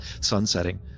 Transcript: sunsetting